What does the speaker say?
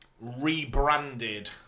rebranded